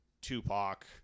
Tupac